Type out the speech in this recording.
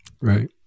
right